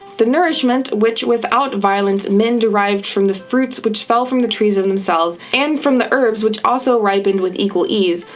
the nourishment which without violence men derived from the fruits which fell from the trees of themselves, and from the herbs which also ripened with equal ease,